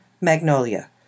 Magnolia